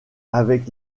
avec